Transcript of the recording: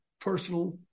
personal